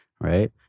right